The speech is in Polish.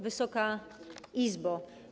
Wysoka Izbo!